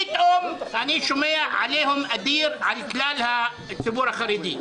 פתאום אני שומע עליהום אדיר על כלל הציבור החרדי.